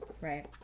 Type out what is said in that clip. right